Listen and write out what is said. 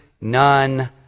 none